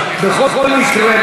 בכל מקרה,